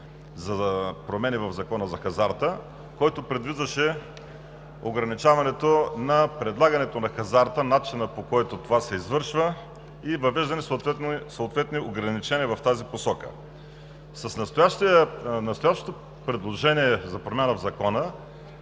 за промени в Закона за хазарта, който предвиждаше ограничаването на предлагането на хазарта, начина, по който това се извършва, и въвеждани съответни ограничения в тази посока. С настоящето предложение за промяна в Закона